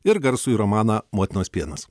ir garsųjį romaną motinos pienas